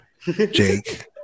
Jake